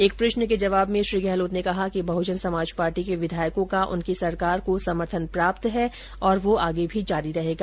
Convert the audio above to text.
एक प्रश्न के जवाब में श्री गहलोत ने कहा कि बहजन समाज पार्टी के विधायकों का उनकी सरकार को समर्थन प्राप्त है और वो आगे भी जारी रहेगा